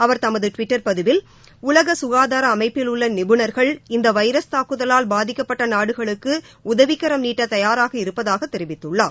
அவர் தனது டுவிட்டர் பதிவில் உலக க்காதார அமைப்பிலுள்ள நிபுணர்கள் இந்த வைரஸ் தாக்குதவால் பாதிக்கப்பட்ட நாடுகளுக்கு உதவிக்கரம் நீட்ட தயாராக இருப்பதாக தெரிவித்துள்ளார்